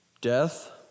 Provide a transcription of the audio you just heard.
death